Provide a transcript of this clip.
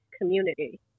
community